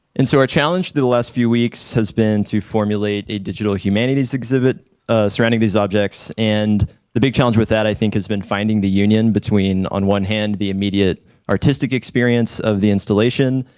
and so our challenge over the the last few weeks has been to formulate a digital humanities exhibit surrounding these objects. and the big challenge with that, i think, has been finding the union between on one hand the immediate artistic experience of the installation,